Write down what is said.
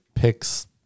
picks